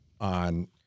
on